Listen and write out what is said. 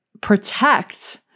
protect